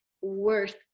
worth